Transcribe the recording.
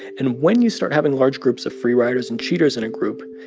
and when you start having large groups of free riders and cheaters in a group,